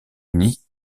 unis